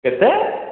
କେତେ